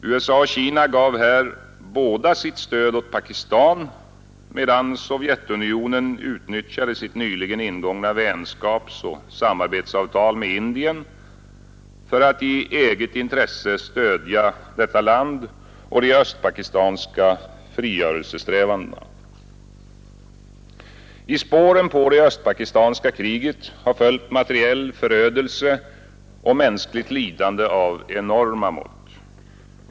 USA och Kina gav båda sitt stöd åt Pakistan, medan Sovjetunionen utnyttjade sitt nyligen ingångna vänskapsoch samarbetsavtal med Indien för att i eget intresse stödja detta land och de östpakistanska frigörelsesträvandena. I spåren på det östpakistanska kriget har följt materiell förödelse och mänskligt lidande av enorma mått.